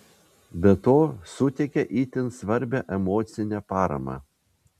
be to suteikia itin svarbią emocinę paramą